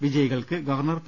വിജയി കൾക്ക് governor P